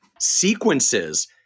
sequences